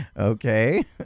okay